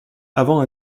avant